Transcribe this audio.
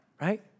right